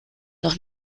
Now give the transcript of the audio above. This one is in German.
doch